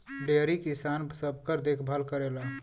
dairy किसान सबकर देखभाल करेला